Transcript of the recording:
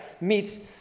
meets